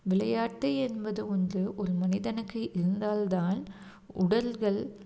விளையாட்டு என்பது ஒன்று ஒரு மனிதனுக்கு இருந்தால் தான் உடல்கள்